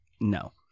No